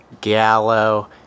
Gallo